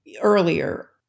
earlier